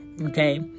Okay